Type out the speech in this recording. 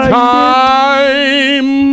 time